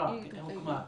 הקרן הוקמה?